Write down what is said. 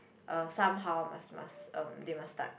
uh somehow must must um they must start